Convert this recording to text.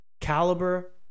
caliber